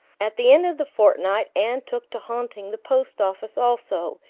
at the end of the fortnight anne took to haunting the post office also,